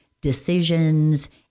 decisions